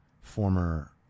former